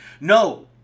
No